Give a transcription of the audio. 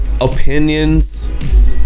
opinions